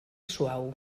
suau